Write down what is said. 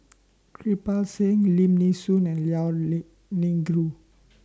Kirpal Singh Lim Nee Soon and Liao Lee Yingru